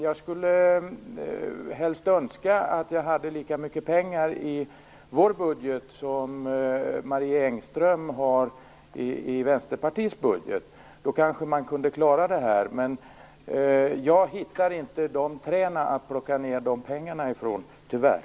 Jag skulle önska att vi hade lika mycket pengar i vår budget som Vänsterpartiet har i sin budget. Då hade man kanske klarat detta. Men jag hittar inte några träd att plocka ned pengar från, tyvärr.